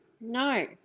No